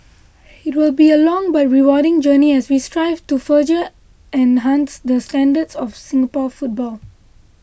it will be a long but rewarding journey as we strive to further enhance the standards of Singapore football